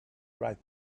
right